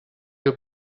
you